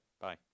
Bye